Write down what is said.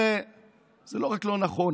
זה לא רק לא נכון,